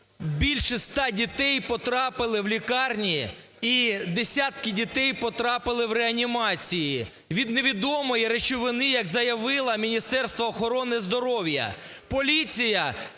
більше ста дітей потрапили в лікарні і десятки дітей потрапили в реанімації від невідомої речовини, як заявило Міністерство охорони здоров'я. Поліція